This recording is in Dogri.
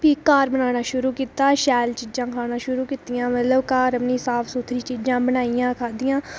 भी घर बनाना शुरू कीता शैल तीज़ां बनाना शुरू कीतियां मतलब घर में साफ सुथरी चीज़ां में मतलब खाद्धियां